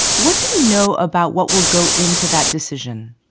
what do we know about what will go into that decision?